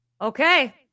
Okay